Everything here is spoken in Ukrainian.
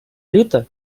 літа